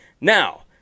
Now